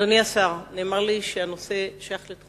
אדוני השר, נאמר לי שהנושא שייך לתחום